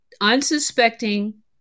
unsuspecting